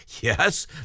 yes